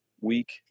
week